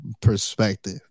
perspective